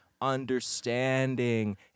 understanding